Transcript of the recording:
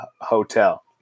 hotel